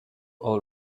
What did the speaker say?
all